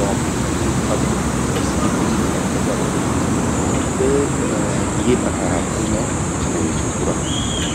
लौंकि ऊंदी, कद्दू। यि भुज्जि मेते भौत ज्यादा पसंद छिन। त ये प्रकारा फल मैं खंदू ही छूं पूर हफ्त मां।